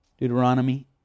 Deuteronomy